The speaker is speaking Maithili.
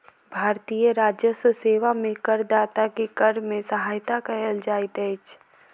भारतीय राजस्व सेवा में करदाता के कर में सहायता कयल जाइत अछि